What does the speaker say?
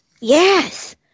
Yes